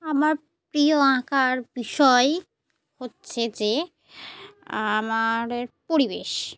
আমার প্রিয় আঁকার বিষয় হচ্ছে যে আমার পরিবেশ